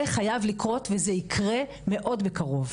זה חייב לקרות וזה יקרה מאוד בקרוב.